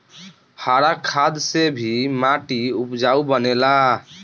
हरा खाद से भी माटी उपजाऊ बनेला